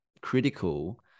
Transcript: critical